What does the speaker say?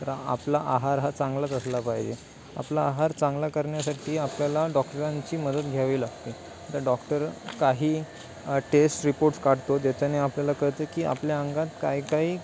तर आपला आहार हा चांगलाच असला पाहिजे आपला आहार चांगला करण्यासाठी आपल्याला डॉक्टरांची मदत घ्यावी लागते तर डॉक्टर काही टेस्ट रिपोर्ट्स काढतो त्याच्याने आपल्याला कळतं की आपल्या अंगात काय काही